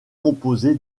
composé